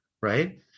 Right